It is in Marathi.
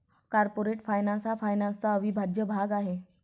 कॉर्पोरेट फायनान्स हा फायनान्सचा अविभाज्य भाग आहे